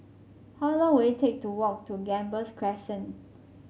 how long will it take to walk to Gambas Crescent